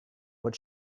what